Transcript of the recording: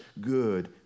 good